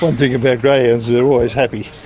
one thing about greyhounds is they're always happy.